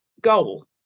goal